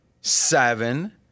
seven